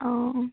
অঁ